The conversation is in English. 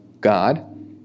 God